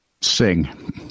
sing